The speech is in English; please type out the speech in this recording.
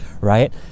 right